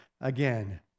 again